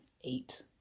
eight